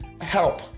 help